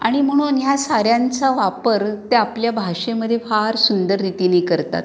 आणि म्हणून ह्या साऱ्यांचा वापर त्या आपल्या भाषेमध्ये फार सुंदर रीतीने करतात